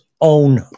own